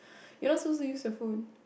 you're not suppose to use your phone